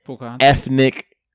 ethnic